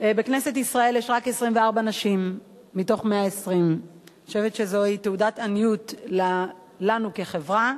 בכנסת ישראל יש רק 24 נשים מתוך 120. אני חושבת שזוהי תעודת עניות לנו כחברה,